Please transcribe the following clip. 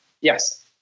Yes